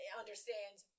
understands